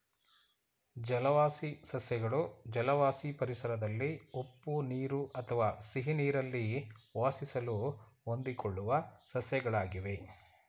ಜಲವಾಸಿ ಸಸ್ಯಗಳು ಜಲವಾಸಿ ಪರಿಸರದಲ್ಲಿ ಉಪ್ಪು ನೀರು ಅಥವಾ ಸಿಹಿನೀರಲ್ಲಿ ವಾಸಿಸಲು ಹೊಂದಿಕೊಳ್ಳುವ ಸಸ್ಯಗಳಾಗಿವೆ